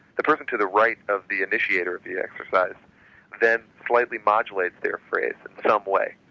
the person to the right of the initiator of the exercise then slightly modulates their phrase in some way,